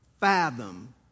fathom